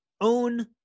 own